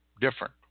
different